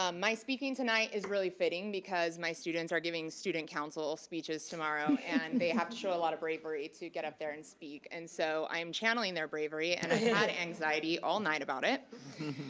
um my speaking tonight is really fitting, because my students are giving student council speeches tomorrow, and they have to show a lot of bravery to get up there and speak, and so i'm channeling their bravery, and i've had anxiety all night about it.